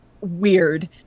weird